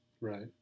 Right